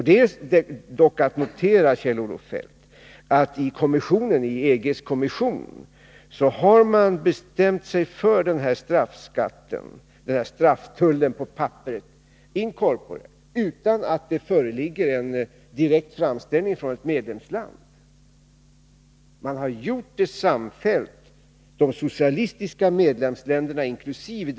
Det får dock noteras, Kjell-Olof Feldt, att i EG:s kommission har man bestämt sig för den här strafftullen på papper in corpore, utan att det föreligger en direkt framställning från ett medlemsland. Detta har medlemsländerna, inkl. de socialistiska länderna, gjort samfällt.